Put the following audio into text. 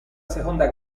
seconda